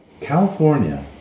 California